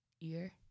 ear